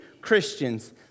Christians